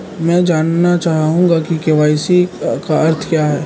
मैं जानना चाहूंगा कि के.वाई.सी का अर्थ क्या है?